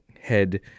head